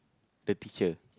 the teacher